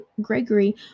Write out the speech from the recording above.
gregory